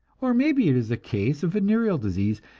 or maybe it is a case of venereal disease,